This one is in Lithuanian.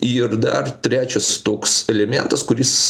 ir dar trečias toks elementas kuris